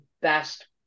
best